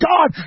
God